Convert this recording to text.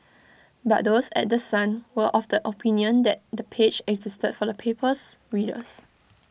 but those at The Sun were of the opinion that the page existed for the paper's readers